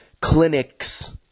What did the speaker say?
clinics